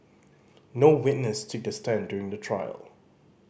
no witness took the stand during the trial